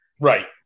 Right